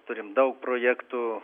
turim daug projektų